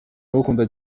ndagukunda